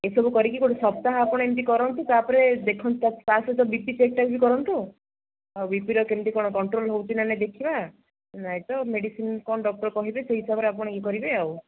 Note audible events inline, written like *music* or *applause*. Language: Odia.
ଏସବୁ କରିକି ଗୋଟେ ସପ୍ତାହ ଆପଣ ଏମିତି କରନ୍ତୁ ତା'ପରେ ଦେଖନ୍ତୁ *unintelligible* ତା ସହିତ ବି ପି ଚେକ୍ଟା ବି କରନ୍ତୁ ଆଉ ବିପିର କେମିତି କ'ଣ କଣ୍ଟ୍ରୋଲ୍ ହେଉଛି ନା ନାହିଁ ଦେଖିବା ନାହିଁତ ମେଡ଼ିସିନ୍ କ'ଣ ଡକ୍ଟର୍ କହିବେ ସେଇ ହିସାବରେ ଆପଣ ଇଏ କରିବେ ଆଉ